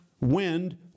wind